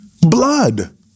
blood